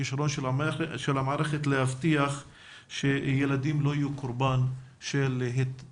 הכישלון של המערכת להבטיח שילדים לא יהיו קורבן להתעללות.